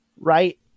right